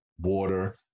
water